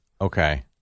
Okay